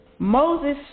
Moses